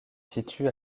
situe